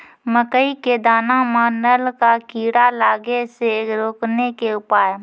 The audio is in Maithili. मकई के दाना मां नल का कीड़ा लागे से रोकने के उपाय?